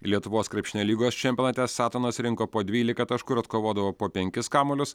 lietuvos krepšinio lygos čempionate satonas rinko po dvylika taškų ir atkovodavo po penkis kamuolius